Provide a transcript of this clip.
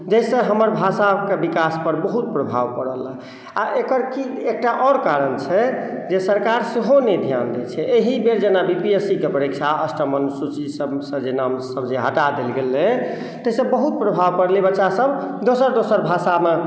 जाहिसॅं हमर भाषा के विकास पर बहुत प्रभाव परल हँ आ एकर की एकटा आओर कारण छै जे सरकार सेहो नहि ध्यान दै छै एहि बेर जेना बी पी एस सी के परीक्षा अष्टम अनुसूची सब से जे नाम सब हटा देल गेल रहै ताहिसॅं बहुत प्रभाव परलै बच्चा सब दोसर दोसर भाषा मे